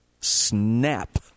Snap